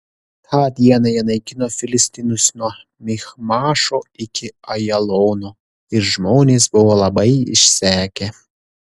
tą dieną jie naikino filistinus nuo michmašo iki ajalono ir žmonės buvo labai išsekę